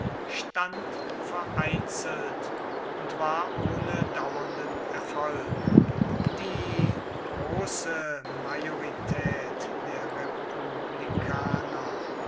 stand vereinzelt und war ohne dauernden erfolg die große majorität der republikaner